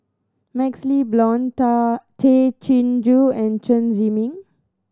MaxLe Blond Tay Chin Joo and Chen Zhiming